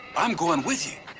i'm going with you.